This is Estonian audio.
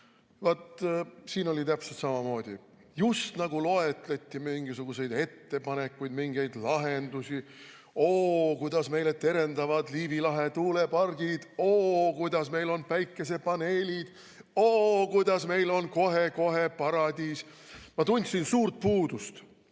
Vaat siin oli täpselt samamoodi, et just nagu loetleti mingisuguseid ettepanekuid, mingeid lahendusi. Oo, kuidas meile terendavad Liivi lahe tuulepargid! Oo, kuidas meil on päikesepaneelid! Oo, kuidas meil on kohe-kohe paradiis! Ma tundsin suurt puudust,